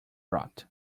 rot